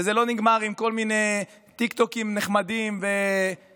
וזה לא נגמר עם כל מיני טיקטוקים נחמדים וסלפי.